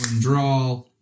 draw